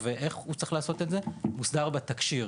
ואיך הוא צריך לעשות את זה מוסדר בתקשי"ר,